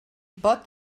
pot